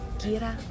kira